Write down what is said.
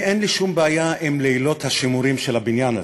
לי אין שום בעיה עם לילות השימורים של הבניין הזה.